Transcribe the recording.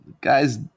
guys